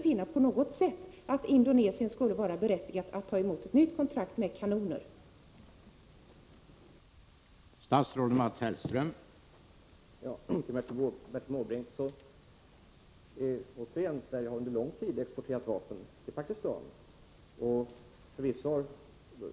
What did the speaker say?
Jag kan inte på något sätt finna att Indonesien skulle vara berättigat att få ett nytt kontrakt som innefattar kanoner.